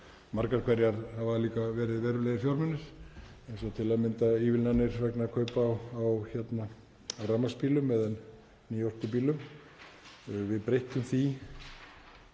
margar hverjar hafa líka kostað verulega fjármuni, eins og til að mynda ívilnanir vegna kaupa á rafmagnsbílum eða nýorkubílum. Við breyttum því